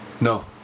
No